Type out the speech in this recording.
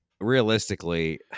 realistically